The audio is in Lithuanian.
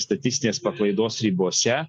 statistinės paklaidos ribose